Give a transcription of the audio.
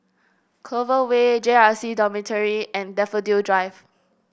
Clover Way J R C Dormitory and Daffodil Drive